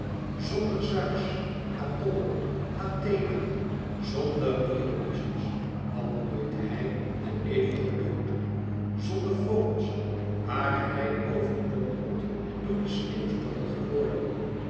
zonder zeus apollo athena zonder dionyzos had nooit hij den ever gedood zonder folos ware hij overdompeld door den sneeuwstorm geworden